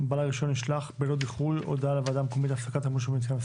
בעל הרשיון ישלח ללא דיחוי הודעה לוועדה המקומית על הפסקת השימוש במתקן.